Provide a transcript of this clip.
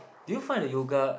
do you find the yoga